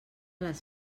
les